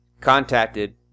contacted